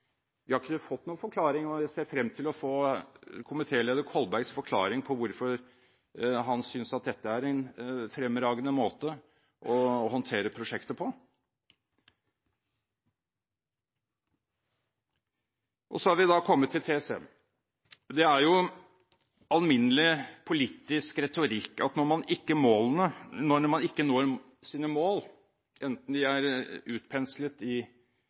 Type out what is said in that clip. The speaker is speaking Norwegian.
Vi har ikke fått noen forklaring. Jeg ser frem til å få komitéleder Kolbergs forklaring på hvorfor han synes at dette er en fremragende måte å håndtere prosjekter på. Så har vi kommet til TCM. Det er jo alminnelig politisk retorikk: Når man ikke når de målene man kommuniserer vidt og bredt – utpenslet enten her i